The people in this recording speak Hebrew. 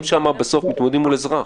הם שם בסוף מתמודדים מול האזרח